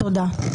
תודה.